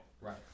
Right